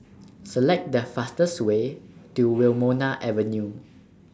Select The fastest Way to Wilmonar Avenue